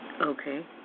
Okay